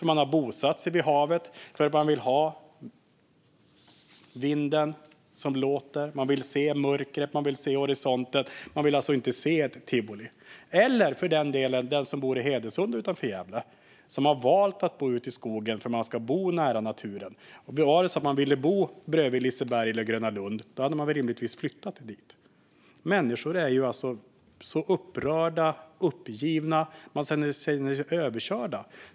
Man har bosatt sig vid havet för att man vill höra vinden. Man vill se mörkret. Man vill se horisonten. Man vill alltså inte se ett tivoli. Det kan handla om den som bor i Hedesunda utanför Gävle och som har valt att bo ute i skogen för att man vill bo nära naturen. Om man hade velat bo bredvid Liseberg eller Gröna Lund hade man rimligtvis flyttat dit. Människor är alltså upprörda och uppgivna. De känner sig överkörda.